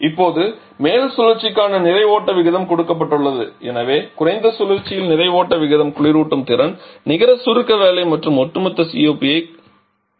இப்போது மேல் சுழற்சிக்கான நிறை ஓட்ட விகிதம் கொடுக்கப்பட்டுள்ளது எனவே குறைந்த சுழற்சியில் நிறை ஓட்ட விகிதம் குளிரூட்டும் திறன் நிகர சுருக்க வேலை மற்றும் ஒட்டுமொத்த COP ஐ கண்டுப்பிடிக்க வேண்டும்